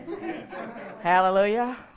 Hallelujah